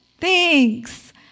thanks